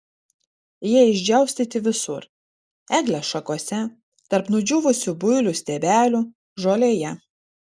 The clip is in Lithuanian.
jie išdžiaustyti visur eglės šakose tarp nudžiūvusių builių stiebelių žolėje